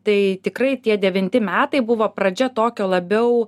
tai tikrai tie devinti metai buvo pradžia tokio labiau